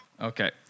okay